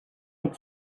had